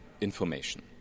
information